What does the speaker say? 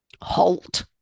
Halt